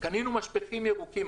בנוסף, קנינו משפכים ירוקים.